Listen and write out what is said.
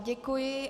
Děkuji.